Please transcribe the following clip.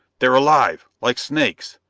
they're alive! like snakes.